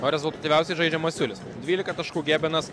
o rezultatyviausiai žaidžia masiulis dvylika taškų gebenas